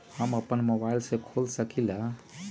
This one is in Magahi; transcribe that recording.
हम अपना मोबाइल से खोल सकली ह?